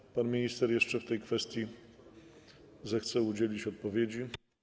Czy pan minister jeszcze w tej kwestii zechce udzielić odpowiedzi?